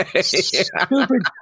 Stupid